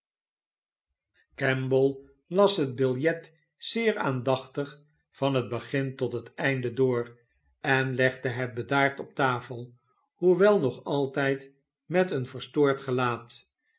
kemble las hetbiljet zeer aandachtig van het begin tot het einde door en legde het bedaard op tafel hoewel nog altijd met een verstoord gelaat